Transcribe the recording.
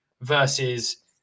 Versus